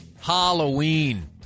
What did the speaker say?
Halloween